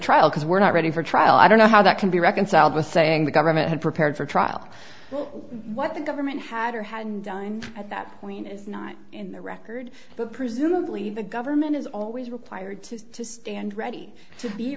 trial because we're not ready for trial i don't know how that can be reconciled with saying the government had prepared for trial what the government had or hadn't done at that point is not in the record but presumably the government is always required to stand ready to be